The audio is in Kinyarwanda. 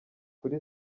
kuri